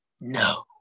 No